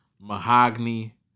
Mahogany